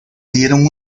dieron